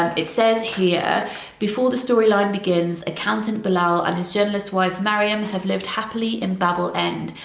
it says here before the story line begins, accountant bilal and his journalist wife miriam have lived happily in babel end,